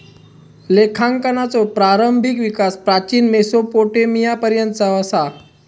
लेखांकनाचो प्रारंभिक विकास प्राचीन मेसोपोटेमियापर्यंतचो असा